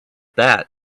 that